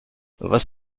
was